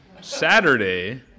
Saturday